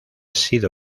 sido